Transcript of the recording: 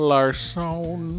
Larson